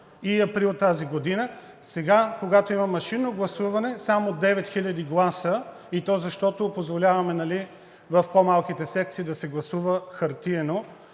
и април тази година. Сега, когато има машинно гласуване, само 9 хиляди гласа, и то защото позволяваме в по-малките секции да се гласува хартиено.